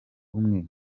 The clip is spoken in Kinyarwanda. umwe